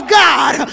god